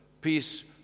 peace